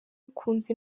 abikunze